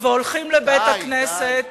והולכים לבית-הכנסת,